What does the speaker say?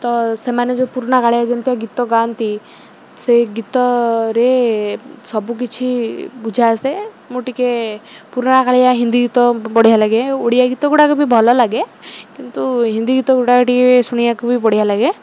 ତ ସେମାନେ ଯୋଉ ପୁରୁଣା କାଳିଆ ଯେମିତିକା ଗୀତ ଗାଆନ୍ତି ସେ ଗୀତରେ ସବୁକିଛି ବୁଝା ଆସେ ମୁଁ ଟିକେ ପୁରୁଣା କାଳିଆ ହିନ୍ଦୀ ଗୀତ ବଢ଼ିଆ ଲାଗେ ଓଡ଼ିଆ ଗୀତ ଗୁଡ଼ାକ ବି ଭଲ ଲାଗେ କିନ୍ତୁ ହିନ୍ଦୀ ଗୀତ ଗୁଡ଼ାକ ଟିକେ ଶୁଣିବାକୁ ବି ବଢ଼ିଆ ଲାଗେ